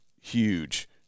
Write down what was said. huge